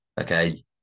okay